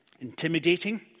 intimidating